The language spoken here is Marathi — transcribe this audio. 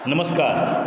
नमस्कार